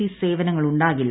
C സേവനങ്ങൾ ഉണ്ടാകില്ല